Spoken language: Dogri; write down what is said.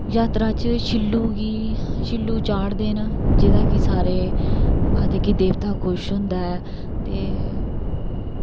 जात्तरा च शिल्लु गी शिल्लु चाढ़दे न जेह्दा कि सारे आखदे की देवता खुश होंदा ऐ ते